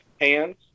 hands